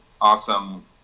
awesome